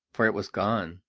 for it was gone.